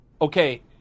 okay